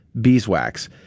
beeswax